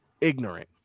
ignorant